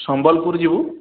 ସମ୍ବଲପୁର ଯିବୁ